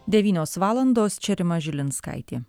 devynios valandos čia rima žilinskaitė